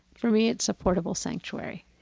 for me, it's a portable sanctuary.